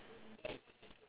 so you must circle it